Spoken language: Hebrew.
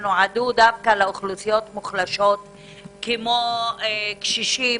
שנועדו דווקא לאוכלוסיות מוחלשות כמו קשישים,